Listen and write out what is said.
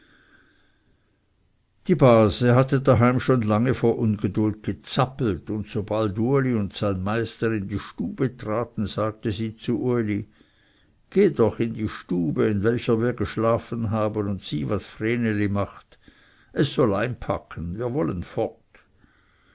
die base hatte daheim schon lange vor ungeduld gezappelt und sobald uli und sein meister in die stube traten sagte sie zu uli geh doch in die stube in welcher wir geschlafen haben und sieh was vreneli macht es soll einpacken wir wollen fort